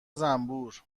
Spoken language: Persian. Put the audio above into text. زنبور